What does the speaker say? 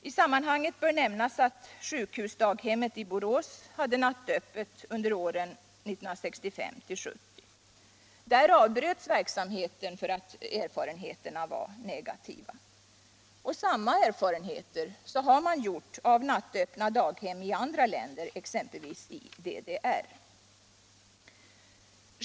I sammanhanget bör nämnas att sjukhusdaghemmet i Borås hade nattöppet under åren 1965-1970. Verksamheten där avbröts därför att erfarenheterna var alltför negativa. Samma erfarenheter har man gjort av nattöppna daghem i andra länder, exempelvis DDR.